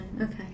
okay